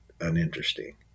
uninteresting